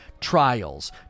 trials